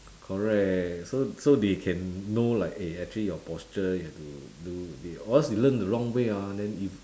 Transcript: correct so so they can know like eh actually your posture you have to do a bit or else you learn the wrong way ah then if